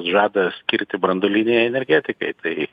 žada skirti branduolinei energetikai tai